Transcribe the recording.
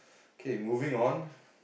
K moving on